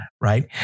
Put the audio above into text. right